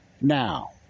Now